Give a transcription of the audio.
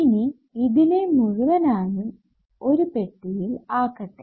ഇനി ഇതിനെ മുഴുവൻ ആയും ഒരു പെട്ടിയിൽ ആക്കട്ടെ